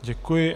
Děkuji.